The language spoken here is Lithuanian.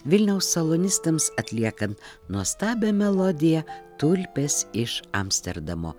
vilniaus salonistams atliekant nuostabią melodiją tulpės iš amsterdamo